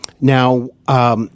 now